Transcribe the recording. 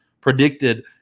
predicted